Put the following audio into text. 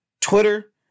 Twitter